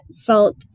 felt